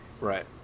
Right